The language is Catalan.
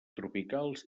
tropicals